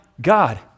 God